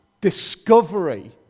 discovery